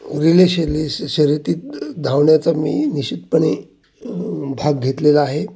relay शैले श शर्यतीत धावण्याचा मी निश्चितपणे भाग घेतलेला आहे